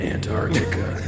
Antarctica